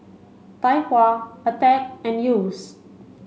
Tai Hua Attack and Yeo's